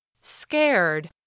scared